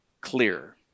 clear